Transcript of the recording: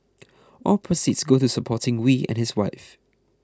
all proceeds go to supporting Wee and his wife